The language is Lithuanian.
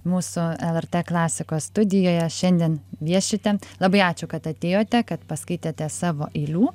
mūsų lrt klasikos studijoje šiandien viešite labai ačiū kad atėjote kad paskaitėte savo eilių